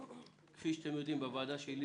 כפי שאתם יודעים, בוועדה שלי